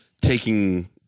taking